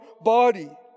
body